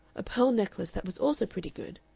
a pearl necklace that was also pretty good,